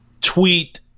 Tweet